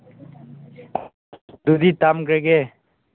ꯑꯗꯨꯗꯤ ꯊꯝꯈ꯭ꯔꯒꯦ